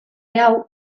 hau